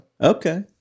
Okay